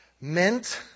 meant